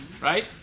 Right